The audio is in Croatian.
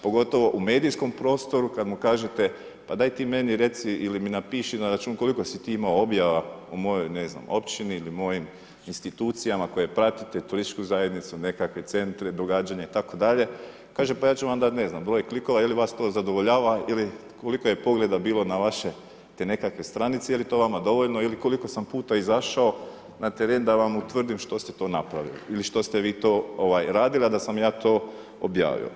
Pogotovo u medijskoj prostoru, kad mu kažete pa daj ti meni reci, ili mi napiši na račun koliko si ti imao objava u mojoj, ne znam, općini ili mojim institucijama koje pratite, turističku zajednicu, nekakve centre, događanja itd., kaže, pa ja ću vam dati ne znam, broj klikova ili vas to zadovoljava ili koliko je pogleda bilo na vaše te nekakve stranice, je li to vama dovoljno ili koliko sam puta izašao na teren da vam utvrdim što ste to napravili ili što ste vi to radili, a da sam ja to objavio.